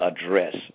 address